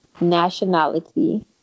nationality